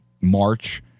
March